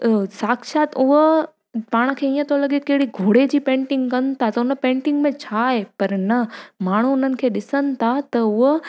साक्षात उहा पाण खे ईअं थो लॻे कहिड़े घोड़े जी पेंटिंग कनि था त उन पेंटिंग में छा आहे पर न माण्हू उन्हनि खे ॾिसनि था त उहे